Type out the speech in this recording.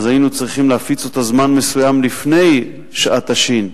היינו צריכים להפיץ אותה זמן מסוים לפני שעת השין.